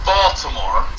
Baltimore